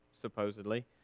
supposedly